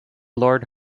lord